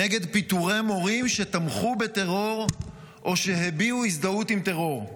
נגד פיטורי מורים שתמכו בטרור או שהביעו הזדהות עם טרור.